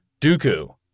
Dooku